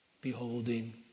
beholding